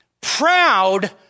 proud